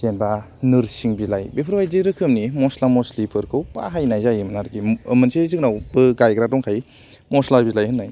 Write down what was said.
जेनेबा नोरसिं बिलाइ बेफोरबायदि रोखोमनि मस्ला मस्लिफोरखौ बाहायनाय जायोमोन आरोखि ओ मोनसे जोंनावबो गायग्रा दंखायो मस्ला बिलाइ होननाय